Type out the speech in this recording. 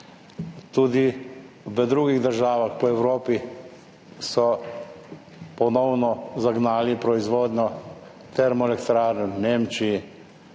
Tudi v drugih državah po Evropi so ponovno zagnali proizvodnjo termoelektrarn, v Nemčiji,